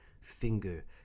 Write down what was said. finger